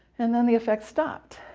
and then the effect stopped.